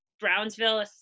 brownsville